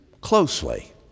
closely